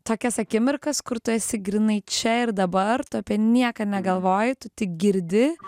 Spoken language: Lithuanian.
tokias akimirkas kur tu esi grynai čia ir dabar tu apie nieką negalvoji tu tik girdi